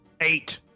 Eight